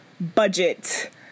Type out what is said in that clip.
budget